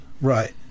Right